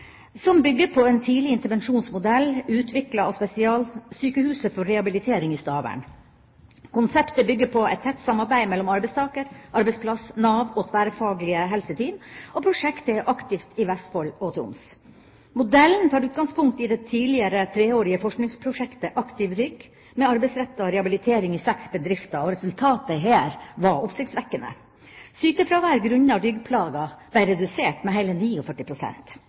som bygger på en tidlig intervensjonsmodell utviklet av Spesialsykehuset for rehabilitering i Stavern. Konseptet bygger på et tett samarbeid mellom arbeidstaker, arbeidsplass, Nav og tverrfaglige helseteam, og prosjektet er aktivt i Vestfold og Troms. Modellen tar utgangspunkt i det tidligere treårige forskningsprosjektet Aktiv Rygg, med arbeidsrettet rehabilitering i seks bedrifter. Resultatet her var oppsiktsvekkende: Sykefravær grunnet ryggplager ble redusert med hele